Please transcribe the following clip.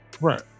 Right